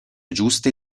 giuste